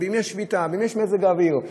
שביתה או מזג אוויר,